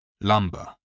lumber